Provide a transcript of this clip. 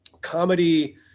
comedy